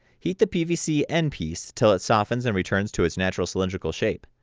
heat the pvc n piece till it softens and returns to its natural cylindrical shape,